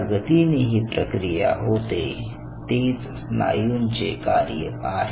ज्या गतीने ही प्रक्रिया होते तेच स्नायूंचे कार्य आहे